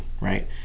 right